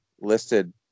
listed